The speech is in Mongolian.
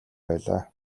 байлаа